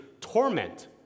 torment